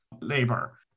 Labor